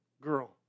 girl